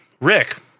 Rick